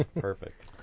Perfect